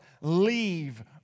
leave